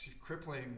crippling